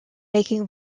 making